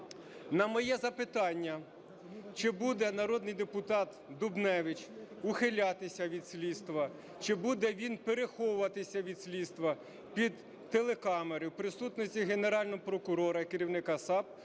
На моє запитання, чи буде народний депутат Дубневич ухилятися від слідства, чи буде він переховуватися від слідства, під телекамери, в присутності Генерального прокурора і керівника САП